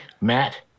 Matt